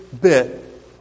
bit